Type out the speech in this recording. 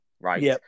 right